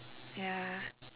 ya